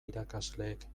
irakasleek